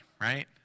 right